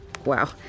Wow